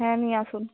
হ্যাঁ আপনি আসুন